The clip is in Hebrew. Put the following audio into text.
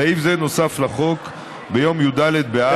סעיף זה נוסף לחוק ביום י"ד באב,